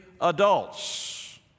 adults